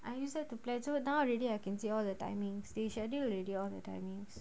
I used that to plan so download already I can see all the timing they schedule already all the timings